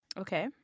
Okay